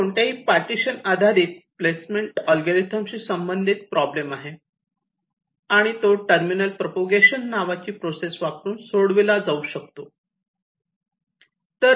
आता कोणत्याही पार्टिशन आधारित प्लेसमेंट अल्गोरिदम शी संबंधित प्रॉब्लेम आहे आणि तो टर्मिनल प्रोपेगेशन नावाची प्रोसेस वापरून सोडविली जाऊ शकते